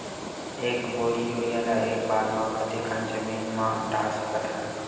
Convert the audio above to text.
एक बोरी यूरिया ल एक बार म कते कन जमीन म डाल सकत हन?